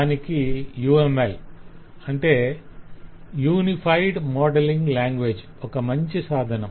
దానికి UML - అంటే unified modeling language ఒక మంచి సాధనం